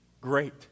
great